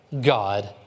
God